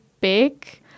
big